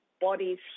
bodies